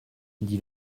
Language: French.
dit